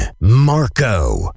Marco